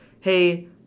hey